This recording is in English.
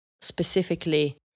specifically